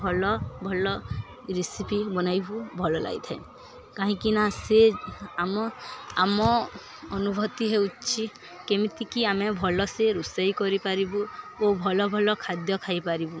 ଭଲ ଭଲ ରେସିପି ବନାଇବୁ ଭଲ ଲାଗିଥାଏ କାହିଁକିନା ସେ ଆମ ଆମ ଅନୁଭୂତି ହେଉଛି କେମିତିକି ଆମେ ଭଲ ସେ ରୋଷେଇ କରିପାରିବୁ ଓ ଭଲ ଭଲ ଖାଦ୍ୟ ଖାଇପାରିବୁ